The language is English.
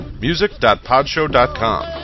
Music.podshow.com